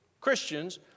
Christians